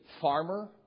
farmer